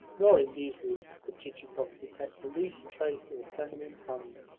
nor in these rooms could chichikov detect the least trace of a feminine hand,